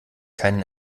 keinen